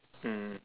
mm